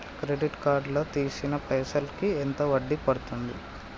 Credit card లా తీసిన పైసల్ కి ఎంత వడ్డీ పండుద్ధి?